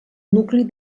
nucli